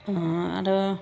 आरो